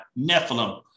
Nephilim